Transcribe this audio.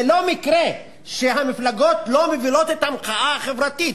זה לא מקרה שהמפלגות לא מובילות את המחאה החברתית,